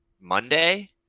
monday